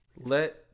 Let